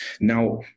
Now